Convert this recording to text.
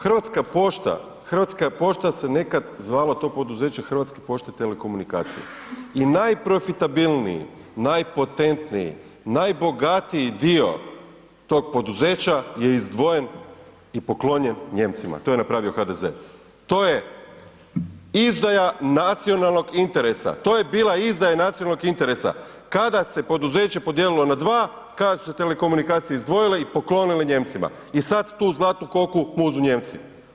Hrvatska pošta, Hrvatska je pošta se nekad zvalo to poduzeće Hrvatske pošte i telekomunikacije i najprofitabilniji, najpotentniji, najbogatiji dio tog poduzeća je izdvojen i poklonjen Nijemcima, to je napravio HDZ, to je izdaja nacionalnog interesa, to je bila izdaja nacionalnog interesa, kada se poduzeće podijelilo na 2, kada su se telekomunikacije izdvojile i poklonile Nijemcima i sad tu zlatnu koku muzu Nijemci.